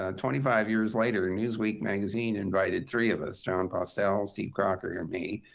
ah twenty five years later, newsweek magazine invited three of us, jon pastel, steve crocker, and me,